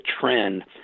trend